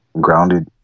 grounded